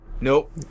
Nope